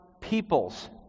peoples